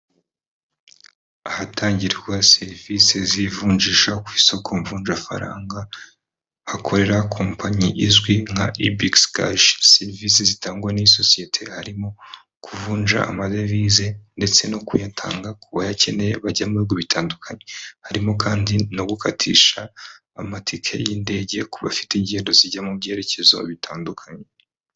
Ahatangirwa serivisi z'ivunjisha ku isoko mvunjafaranga, hakorera kompanyi izwi nka ebigisi kashi. serivisi zitangwa n'isosiyete harimo kuvunja amadevize, ndetse no kuyatanga ku bayakeneye bajya mu bihugu bitandukanye. Harimo kandi no gukatisha amatike y'indege ku bafite ingendo zijya mu byerekezo bitandukanye.